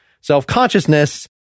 self-consciousness